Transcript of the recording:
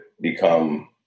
become